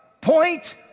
Point